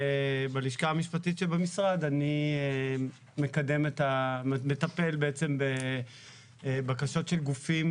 בלשכה המשפטית שבמשרד אני מטפל בעצם בבקשות של גופים